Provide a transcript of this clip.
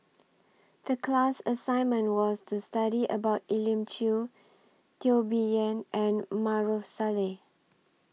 The class assignment was to study about Elim Chew Teo Bee Yen and Maarof Salleh